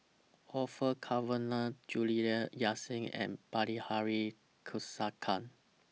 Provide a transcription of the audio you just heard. Orfeur Cavenagh Juliana Yasin and Bilahari Kausikan